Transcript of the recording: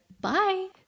Bye